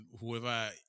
whoever